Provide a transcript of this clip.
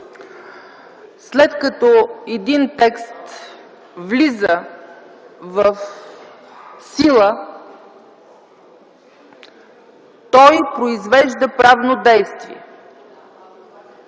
След като един текст влиза в сила, той произвежда правно действие.